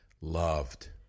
loved